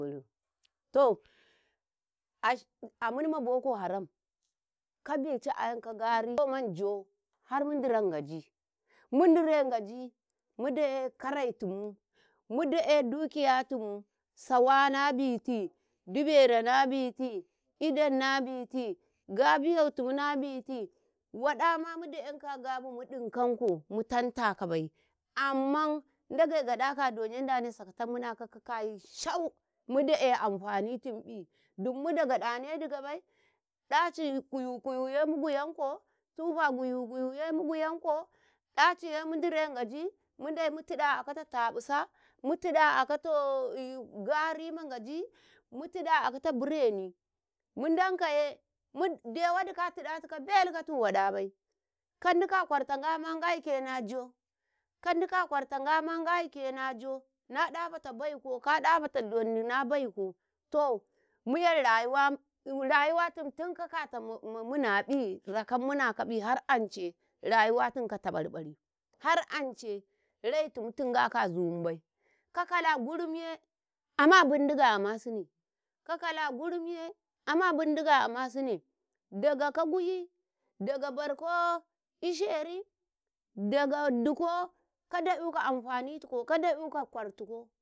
﻿To ash a minma boko haram kabica ayam ka gari, saman Njo harmu diran Ngaji, mu dire Ngaji mudire karetumu, muda'eh duki yatumu sawa nabiti, dibero na biti, idan na biti gabiyotim na biti, waɗama muda'enka a gabi mu ɗinkanko mu tantakabai amma Ndage Ndaka adon danekau sakatam munakau ka kayi shau muda'eh amfanitimƃi dun mudaga ɗane digabai, ɗaci kuyu-guyu saimu guyanko tufa guyu-guyu saimu guyanko daci sai mu dire Ngaji mude mutiɗe a akata taƃusa mutide a akatoh Ngari ma Ngaji mutide a akata birreni mudan kaye de wadi ka tiɗatikau belu katu waɗabai ka Ndika a kwarta Ngama Ngaike na joh, ka Ndika a kwar Ngama Ngaike na joh, naɗafata baiko ka ɗafata donni na baiku to mu'yan rayuwa rayuwatun tun kakata mamunaƃi rakammuna kaƃihar ancai rayuwatum ka tabar-bare harancei raitim tingaka azumibai kakala gurumye amah bindiga amasine, kakala gurim ye ama bindiga amsine dagaka gwiyii, daga barko isheri, daga diko da'yuka amfani tiko ka da'yuka kwartiko.